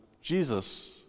Jesus